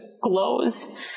glows